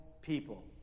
people